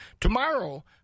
Tomorrow